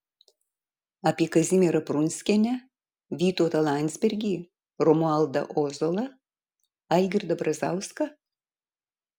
apie kazimierą prunskienę vytautą landsbergį romualdą ozolą algirdą brazauską